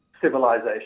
civilization